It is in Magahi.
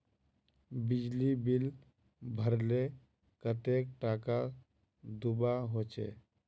बिजली बिल भरले कतेक टाका दूबा होचे?